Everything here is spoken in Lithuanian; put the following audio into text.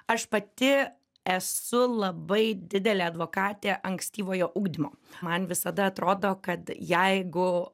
aš pati esu labai didelė advokatė ankstyvojo ugdymo man visada atrodo kad jeigu